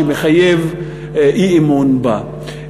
שמחייב אי-אמון בה.